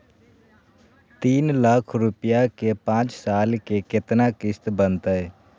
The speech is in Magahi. तीन लाख रुपया के पाँच साल के केतना किस्त बनतै?